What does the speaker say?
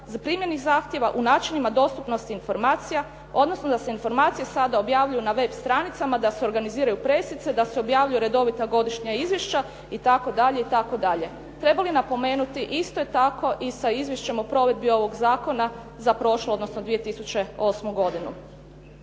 zaprimljenih zahtjeva u načinima dostupnosti informacija, odnosno da se informacije sada objavljuju na web stranicama, da se organiziraju pressice, da se objavljuju redovita godišnja izvješća itd., itd. Treba li napomenuti, isto je tako i sa Izvješćem o provedbi ovog zakona za prošlu, odnosno 2008. godinu.